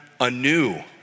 anew